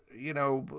you know,